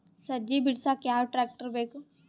ಸಜ್ಜಿ ಬಿಡಸಕ ಯಾವ್ ಟ್ರ್ಯಾಕ್ಟರ್ ಬೇಕು?